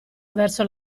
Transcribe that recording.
verso